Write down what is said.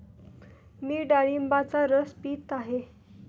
मी डाळिंबाचा रस पीत आहे